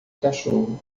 cachorro